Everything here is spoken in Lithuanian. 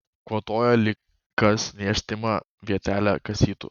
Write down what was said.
kvatojo lyg kas niežtimą vietelę kasytų